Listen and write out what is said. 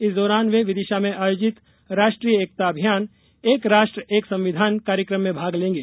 इस दौरान वे विदिशा में आयोजित राष्ट्रीय एकता अभियान एक राष्ट्र एक संविधान कार्यक्रम में भाग लेंगे